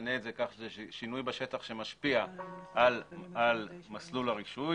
נשנה את זה כך שזה שינוי בשטח שמשפיע על מסלול הרישוי,